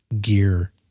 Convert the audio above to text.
gear